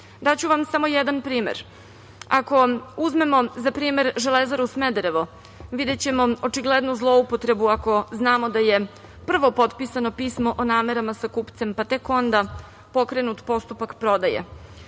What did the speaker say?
vam samo jedan primer, ako uzmemo za primer železaru Smederevo, videćemo očiglednu zloupotrebu ako znamo da je prvo potpisano pismo o namerama sa kupcem, pa tek onda pokrenut postupak prodaje.